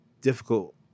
difficult